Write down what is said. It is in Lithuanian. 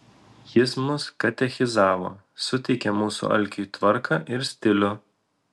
jis mus katechizavo suteikė mūsų alkiui tvarką ir stilių